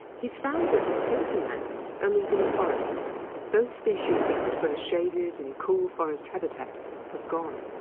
he's found that certain ants are leaving the forest those species that prefer shaded and cool forest habitat have gone.